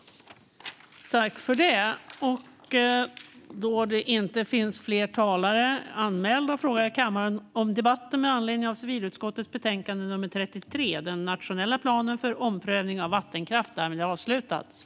Den nationella planen för omprövning av vattenkraft